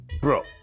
Bro